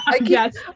yes